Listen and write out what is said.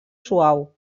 suau